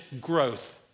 growth